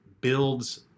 builds